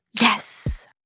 Yes